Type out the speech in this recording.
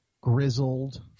grizzled